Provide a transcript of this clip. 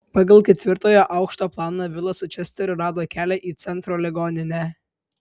pagal ketvirtojo aukšto planą vilas su česteriu rado kelią į centro ligoninę